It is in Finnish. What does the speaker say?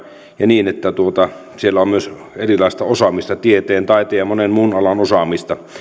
ja niin että siellä on myös erilaista osaamista tieteen taiteen ja monen muun alan osaamista